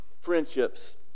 friendships